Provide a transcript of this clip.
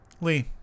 Lee